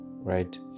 Right